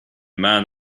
man